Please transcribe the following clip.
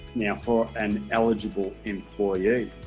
now for an eligible employee